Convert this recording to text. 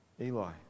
Eli